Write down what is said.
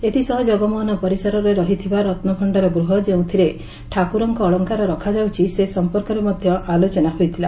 ଏଥିସହ ଜଗମୋହନ ପରିସରରେ ରହିଥିବା ରତ୍ତ ଭି୍ଡାର ଗୃହ ଯେଉଁଥିରେ ଠାକୁରଙ୍କ ଅଳଙ୍କାର ରଖାଯାଉଛି ସେ ସଂପର୍କରେ ମଧ୍ଧ ଆଲୋଚନା ହୋଇଥିଲା